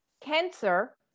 cancer